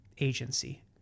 agency